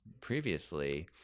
previously